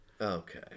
okay